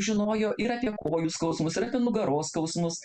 žinojo ir apie kojų skausmus ir apie nugaros skausmus